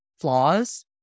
flaws